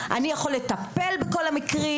אני יכול לטפל בכל המקרים,